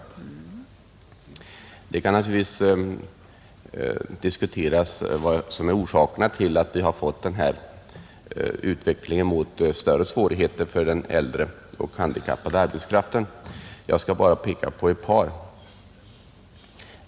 Det kan naturligtvis diskuteras vilka orsakerna är till denna utveckling; jag skall bara peka på ett par.